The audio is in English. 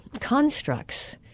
constructs